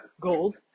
gold